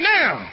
now